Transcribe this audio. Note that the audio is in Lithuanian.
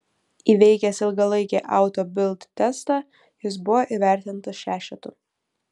įveikęs ilgalaikį auto bild testą jis buvo įvertintas šešetu